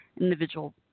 individual